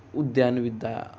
उद्यान विद्या